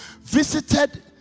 visited